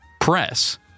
press